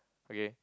okay